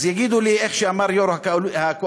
אז יגידו לי כמו שאמר יושב-ראש הקואליציה: